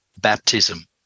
baptism